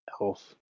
elf